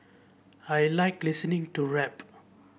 I like listening to rap